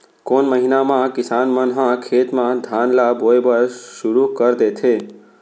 कोन महीना मा किसान मन ह खेत म धान ला बोये बर शुरू कर देथे?